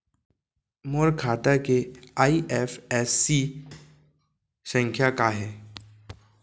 मोर खाता के आई.एफ.एस.सी संख्या का हे?